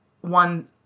one